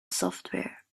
software